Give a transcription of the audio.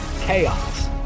chaos